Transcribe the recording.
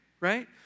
right